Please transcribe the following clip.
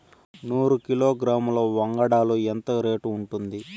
నూరు కిలోగ్రాముల వంగడాలు ఎంత రేటు ఉంటుంది?